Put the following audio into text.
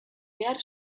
behar